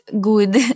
good